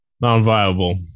non-viable